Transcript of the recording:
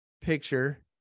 picture